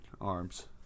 Arms